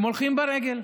הם הולכים ברגל,